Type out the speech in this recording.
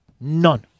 none